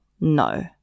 no